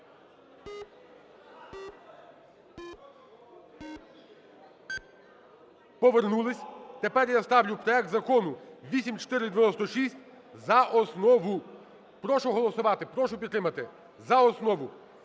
Повернулись. Тепер я ставлю проект Закону 8496 за основу. Прошу голосувати. Прошу підтримати. За основу.